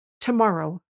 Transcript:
Tomorrow